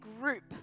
group